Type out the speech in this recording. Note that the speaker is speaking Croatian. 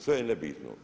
Sve je nebitno.